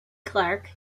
clark